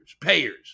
payers